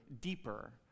deeper